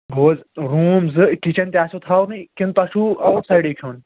گَو روٗم زٕ کِچن تہِ آسوٕ تھاوہو بہٕ کِنہٕ تۄہہِ چھُو آوُٹ سایڈٕے کھٮ۪ون